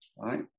right